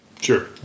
Sure